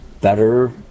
better